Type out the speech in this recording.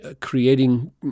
creating